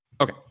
okay